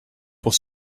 pour